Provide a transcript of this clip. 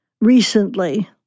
recently